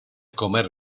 comer